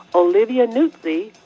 olivia nuzzi,